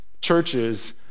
churches